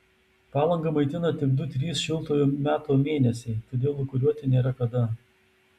palangą maitina tik du trys šiltojo meto mėnesiai todėl lūkuriuoti nėra kada